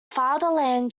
fatherland